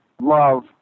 love